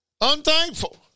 unthankful